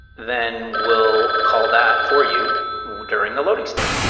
then we'll call that for you during the loading state,